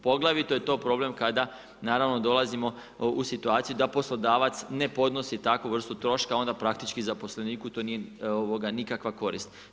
Poglavito je to problem kada naravno, dolazimo u situaciju, da poslodavac, ne podnosi takvu vrstu troška, onda praktički zaposleniku to nije nikakva korist.